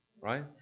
right